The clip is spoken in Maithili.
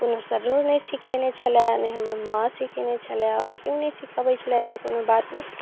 कोनो सरो नहि सीखेने छला ने हमर माँ सीखेने छल आओर केओ ने सीखबै छलै एहन कोनो बात नहि